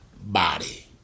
body